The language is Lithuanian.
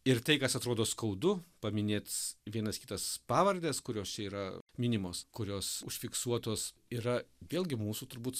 ir tai kas atrodo skaudu paminėt vienas kitas pavardes kurios čia yra minimos kurios užfiksuotos yra vėlgi mūsų turbūt